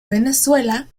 venezuela